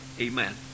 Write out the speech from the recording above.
Amen